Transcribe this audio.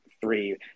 three